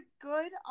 good